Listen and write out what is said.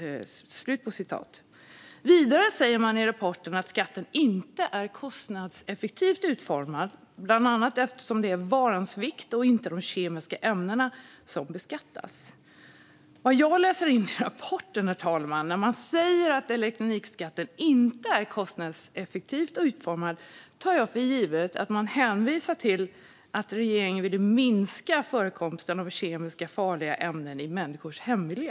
Vidare säger man i rapporten att skatten inte är kostnadseffektivt utformad, bland annat eftersom det är varans vikt och inte de kemiska ämnena som beskattas. När man säger att elektronikskatten inte är kostnadseffektivt utformad tar jag för givet att man hänvisar till att regeringen ville minska förekomsten av kemiskt farliga ämnen i människors hemmiljö.